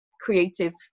creative